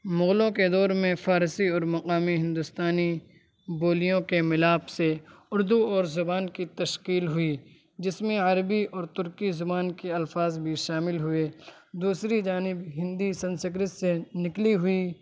مغلوں کے دور میں فارسی اور مقامی ہندوستانی بولیوں کے ملاپ سے اردو اور زبان کی تشکیل ہوئی جس میں عربی اور ترکی زبان کے الفاظ بھی شامل ہوئے دوسری جانب ہندی سنسکرت سے نکلی ہوئی